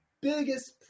biggest